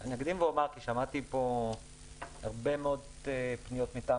אני אקדים ואומר כי שמעתי פה הרבה מאוד פניות מטעם